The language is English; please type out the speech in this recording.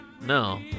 No